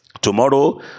Tomorrow